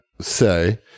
say